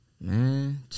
man